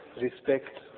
respect